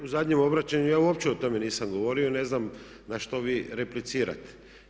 U zadnjem obraćanju ja uopće o tome nisam govorio i ne znam na što vi replicirate.